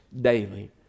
daily